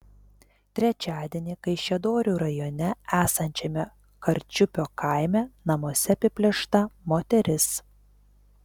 trečiadienį kaišiadorių rajone esančiame karčiupio kaime namuose apiplėšta moteris